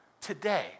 today